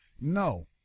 No